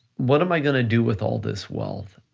what am i gonna do with all this wealth?